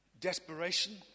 desperation